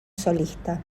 solista